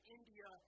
India